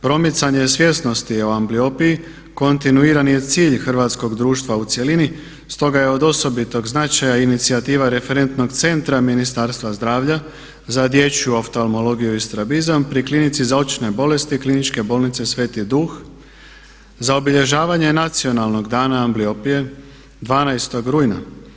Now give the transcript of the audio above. Promicanje svjesnosti o ambliopiji kontinuirani je cilj hrvatskog društva u cjelini, stoga je od osobitog značaja inicijativa referentnog centra Ministarstva zdravlja za dječju oftalmologiju i strabizam pri klinici za očne Kliničke bolnice Sveti Duh za obilježavanje Nacionalnog dana ambliopije 12. rujna.